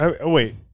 Wait